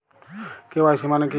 KYC মানে কী?